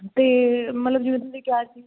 ਅਤੇ ਮਤਲਬ ਜਿਵੇਂ ਤੁਸੀਂ ਕਿਹਾ ਸੀ